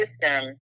system